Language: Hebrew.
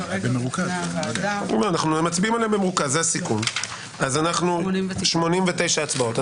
89. 89 הצבעות.